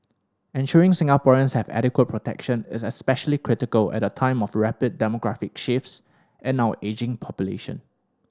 ensuring Singaporeans have adequate protection is especially critical at a time of rapid demographic shifts and our ageing population